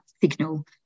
signal